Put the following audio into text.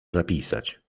zapisać